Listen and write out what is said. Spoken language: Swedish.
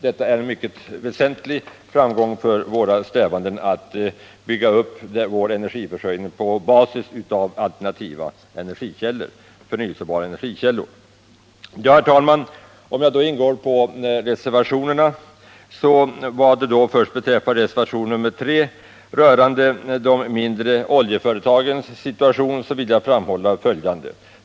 Detta är en mycket stor framgång för våra strävanden att bygga upp vår energiförsörjning på basis av alternativa förnyelsebara energikällor. Herr talman! Jag går då in på reservationerna. Beträffande reservationen 3 rörande de mindre oljeföretagens situation vill jag framhålla följande.